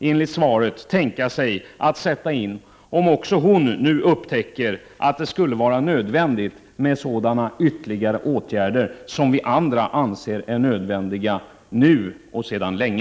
enligt svaret kan tänka sig att sätta in om även hon nu upptäcker att det skulle vara nödvändigt med sådana ytterligare åtgärder som vi andra anser är nödvändiga nu och sedan länge?